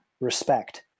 respect